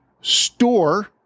store